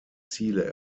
ziele